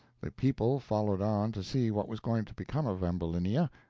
the people followed on to see what was going to become of ambulinia,